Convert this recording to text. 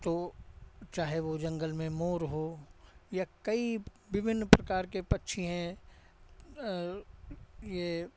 तो चाहे वो जंगल में मोर हो या कई विभिन्न प्रकार के पक्षी हैं ये